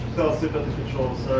fell asleep at the controls,